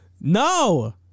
No